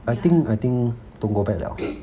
ya